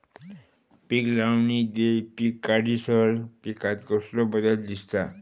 पीक लावणी ते पीक काढीसर पिकांत कसलो बदल दिसता?